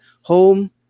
home